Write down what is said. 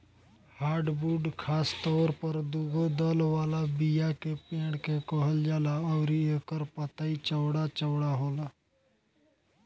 hardwood खासतौर पर दुगो दल वाला बीया के पेड़ के कहल जाला अउरी एकर पतई चौड़ा चौड़ा होला